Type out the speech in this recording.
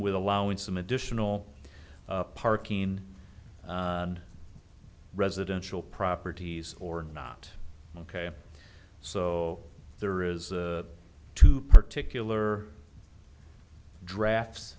with allowing some additional parking in residential properties or not ok so there is two particular drafts